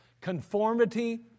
conformity